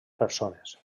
persones